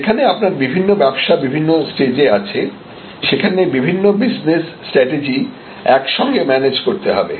যেখানে আপনার বিভিন্ন ব্যবসা বিভিন্ন স্টেজে আছে সেখানে বিভিন্ন বিজনেস স্ট্র্যাটেজি একসঙ্গে ম্যানেজ করতে হবে